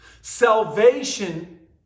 Salvation